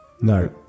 No